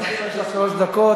בבקשה, יש לך שלוש דקות.